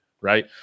right